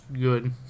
good